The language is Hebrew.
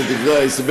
דבר אתו,